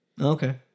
Okay